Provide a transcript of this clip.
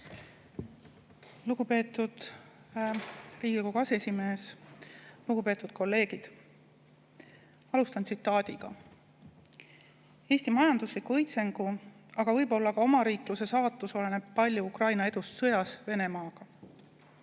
Lugupeetud Riigikogu aseesimees! Lugupeetud kolleegid! Alustan tsitaadiga: "Eesti majandusliku õitsengu, aga võib-olla ka omariikluse saatus oleneb palju Ukraina edust sõjas Venemaaga.